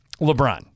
LeBron